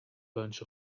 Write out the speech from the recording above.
bunch